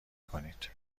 کنید